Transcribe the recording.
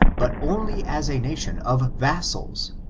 but only as a nation of vassals,